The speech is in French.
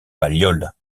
balliol